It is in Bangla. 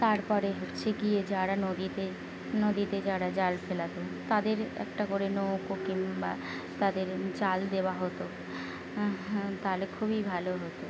তারপরে হচ্ছে গিয়ে যারা নদীতে নদীতে যারা জাল ফেলাতো তাদের একটা করে নৌকো কিংবা তাদের জাল দেওয়া হতো তাহলে খুবই ভালো হতো